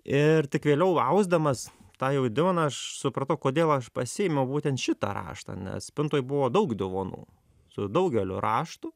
ir tik vėliau ausdamas tą jau divoną aš supratau kodėl aš pasiėmiau būtent šitą raštą nes spintoj buvo daug divonų su daugeliu raštų